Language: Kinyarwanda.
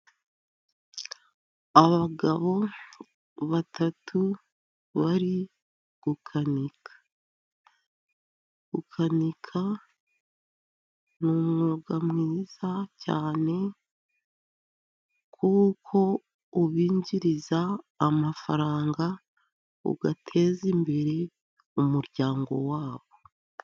Abagabo batatu bari gukanika, gukanika n'umwuga mwiza cyane, kuko ubinjiriza amafaranga ugateza imbere umuryango wabo.